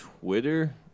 Twitter